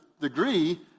degree